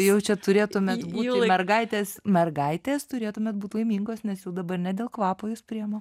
jau čia turėtumėt būti mergaitės mergaitės turėtumėt būt laimingos nes jau dabar ne dėl kvapo jus priima